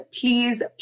please